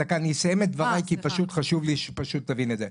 אני אסיים את דבריי כי פשוט חשוב לי שאתם תבינו את זה.